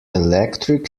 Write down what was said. electric